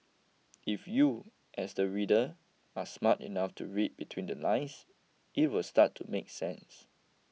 if you as the reader are smart enough to read between The Lines it would start to make sense